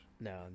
No